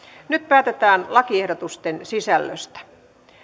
nyt päätetään lakiehdotusten sisällöstä